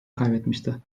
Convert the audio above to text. kaybetmişti